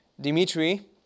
Dimitri